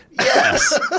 Yes